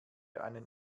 einen